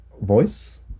voice